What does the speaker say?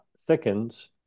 thickens